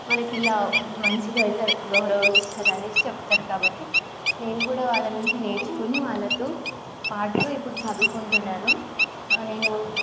మనకి ఇలా మంచిగా ఇలా గౌరవం ఇస్తారు అని చెప్తారు కాబట్టి నేను కూడా వాళ్ళ నుంచి నేర్చుకుని వాళ్ళతో పాటుగా ఇప్పుడు చదువుకుంటున్నాను నేను